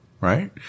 Right